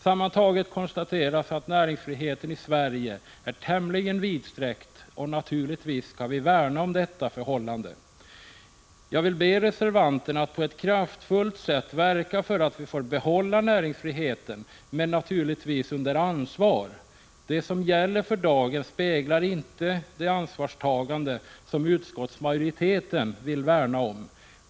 Sammantaget kan konstateras att näringsfriheten i Sverige är tämligen vidsträckt, och vi skall naturligtvis värna om detta förhållande. Jag vill be reservanterna att på ett kraftfullt sätt verka för att vi får behålla näringsfriheten, men naturligtvis under ansvar. Det som gäller för dagen speglar inte det ansvarstagande som utskottsmajoriteten vill värna om.